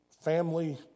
family